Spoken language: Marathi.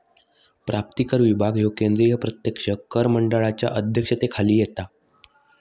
प्राप्तिकर विभाग ह्यो केंद्रीय प्रत्यक्ष कर मंडळाच्या अध्यक्षतेखाली येता